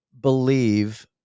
believe